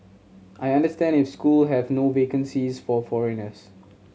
I understand if school have no vacancies for foreigners